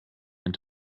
and